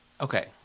okay